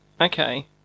Okay